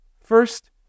First